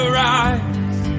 rise